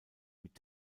mit